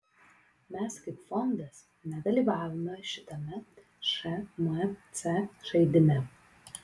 mes kaip fondas nedalyvavome šitame šmc žaidime